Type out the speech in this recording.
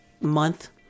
month